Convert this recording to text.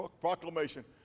proclamation